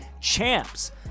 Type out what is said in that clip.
CHAMPS